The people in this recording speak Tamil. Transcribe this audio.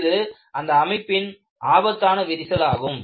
இது அந்த அமைப்பின் ஆபத்தான விரிசல் ஆகும்